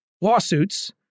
lawsuits